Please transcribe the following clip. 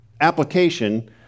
application